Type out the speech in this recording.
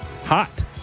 hot